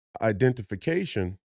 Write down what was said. identification